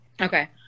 Okay